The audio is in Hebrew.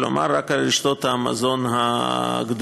כלומר רק על רשתות המזון הגדולות.